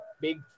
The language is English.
big